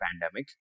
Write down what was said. pandemic